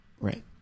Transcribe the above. Right